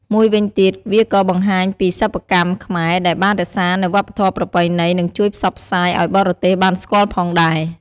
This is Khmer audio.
មួយវិញទៀត វាក៏បង្ហាញពីរសិប្បកម្មខ្មែរដែលបានរក្សានៅវប្បធម៌ប្រពៃណី និងជួយផ្សព្វផ្សាយឲ្យបរទេសបានស្គាល់ផងដែរ។